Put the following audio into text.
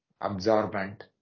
absorbent